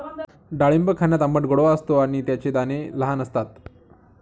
डाळिंब खाण्यात आंबट गोडवा असतो आणि त्याचे दाणे लहान असतात